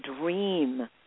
dream